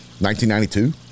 1992